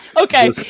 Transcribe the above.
okay